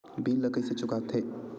bill ला कइसे चुका थे